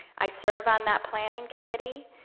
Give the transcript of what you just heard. i serve on that planning committee,